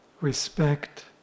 respect